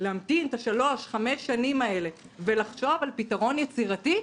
להמתין את שלוש-חמש שנים האלו ולחשוב על פתרון יצירתי?